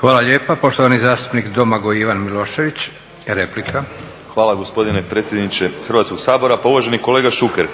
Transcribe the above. Hvala lijepa. Poštovani zastupnik Domagoj Ivan Milošević, replika. **Milošević, Domagoj Ivan (HDZ)** Hvala gospodine predsjedniče Hrvatskog sabora. Pa uvaženi kolega Šuker,